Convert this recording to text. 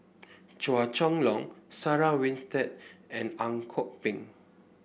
Chua Chong Long Sarah Winstedt and Ang Kok Peng